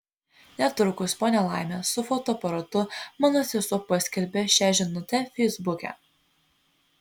netrukus po nelaimės su fotoaparatu mano sesuo paskelbė šią žinutę feisbuke